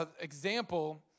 example